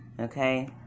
Okay